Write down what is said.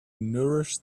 nourish